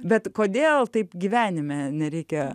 bet kodėl taip gyvenime nereikia